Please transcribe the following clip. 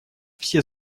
все